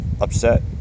upset